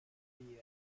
korea